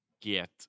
Get